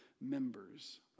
members